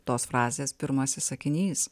tos frazės pirmasis sakinys